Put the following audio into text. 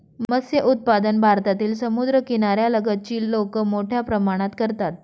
मत्स्य उत्पादन भारतातील समुद्रकिनाऱ्या लगतची लोक मोठ्या प्रमाणात करतात